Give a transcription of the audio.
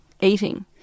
eating